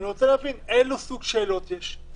אני רוצה להבין: איזה סוג שאלות יש?